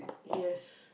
yes